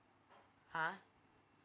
ah